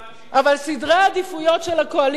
אבל סדרי העדיפויות של הקואליציה,